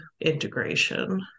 integration